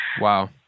Wow